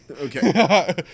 Okay